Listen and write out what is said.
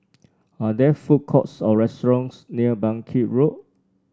are there food courts or restaurants near Bangkit Road